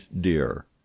dear